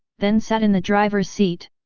then sat in the driver's seat.